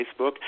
Facebook